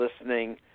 listening